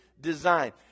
design